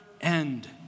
end